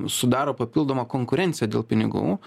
sudaro papildomą konkurenciją dėl pinigų